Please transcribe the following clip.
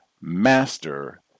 Master